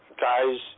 guys